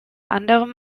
anderem